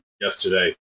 yesterday